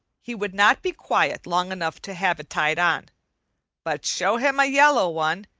he would not be quiet long enough to have it tied on but show him a yellow one,